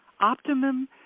optimum